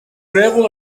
gravel